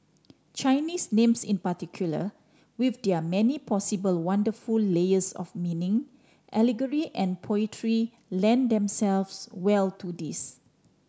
Chinese names in particular with their many possible wonderful layers of meaning allegory and poetry lend themselves well to this